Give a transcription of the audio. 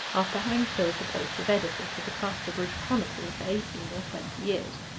after having filled the post of editor to the casterbridge chronicle for eighteen or twenty years.